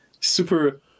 super